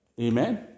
Amen